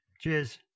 Cheers